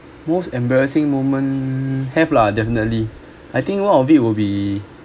most embarrassing moment have lah definitely I think one of it will be